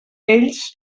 ells